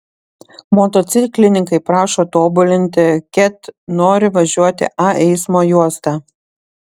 motociklininkai prašo tobulinti ket nori važiuoti a eismo juosta